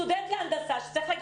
סטודנט להנדסה צריך להציג